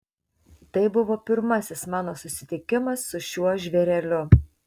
tai buvo pirmasis mano susitikimas su šiuo žvėreliu